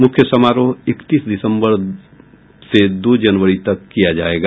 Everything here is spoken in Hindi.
मुख्य समारोह इकतीस दिसंबर से दो जनवरी तक किया जायेगा